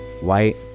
white